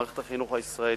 במערכת החינוך הישראלית,